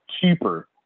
cheaper